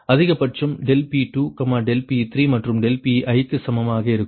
அதிகபட்சம் ∆P2 ∆P3 மற்றும் ∆Piக்கு சமமாக இருக்கும்